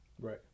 right